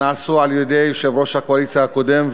נעשו על-ידי יושב-ראש הקואליציה הקודם,